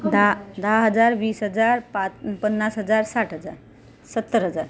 दहा दहा हजार वीस हजार पा पन्नास हजार साठ हजार सत्तर हजार